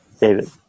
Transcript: David